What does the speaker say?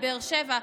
בבאר שבע,